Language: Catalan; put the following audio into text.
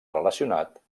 relacionat